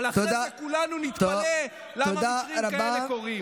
אבל אחרי זה כולנו נתפלא למה מקרים כאלה קורים.